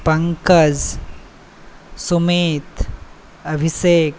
Pankaj Sumit Abhishek